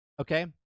Okay